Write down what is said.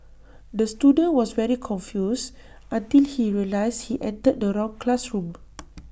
the student was very confused until he realised he entered the wrong classroom